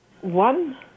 one